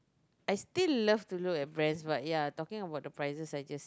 I still love to do explain but ya talking about the prices suggest